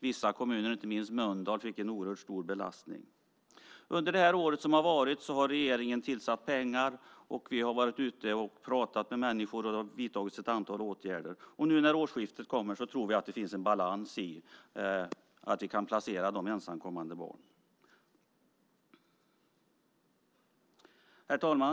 Vissa kommuner, inte minst Mölndal, fick en oerhört stor belastning. Under det år som har varit har regeringen tillsatt pengar. Vi har varit ute och pratat med människor, och det har vidtagits ett antal åtgärder. Nu när årsskiftet kommer tror vi att det finns en balans i placeringen av de ensamkommande barnen. Herr talman!